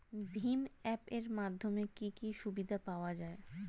ভিম app এর মাধ্যমে কি কি সুবিধা পাওয়া যায়?